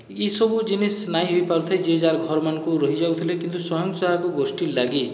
ଇସବୁ ଜିନିଷ ନାଇଁ ହୋଇ ପାରୁଥାଏ ଯିଏ ଯାହାର ଘରମାନଙ୍କୁ ରହି ଯାଉଥିଲେ କିନ୍ତୁ ସ୍ଵୟଂସହାୟକ ଗୋଷ୍ଠୀ ଲାଗି